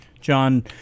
John